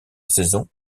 saison